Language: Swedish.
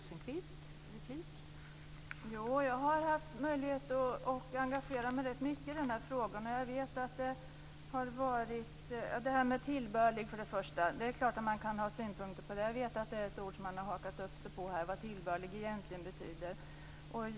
Fru talman! Jag har haft möjlighet att engagera mig rätt mycket i den här frågan. Det är klart att man kan ha synpunkter på ordet tillbörlig. Jag vet att man har hakat upp sig på vad tillbörlig egentligen betyder.